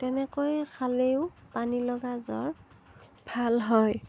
তেনেকৈয়ে খালেও পানী লগা জ্বৰ ভাল হয়